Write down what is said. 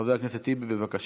חבר הכנסת טיבי, בבקשה.